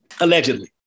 allegedly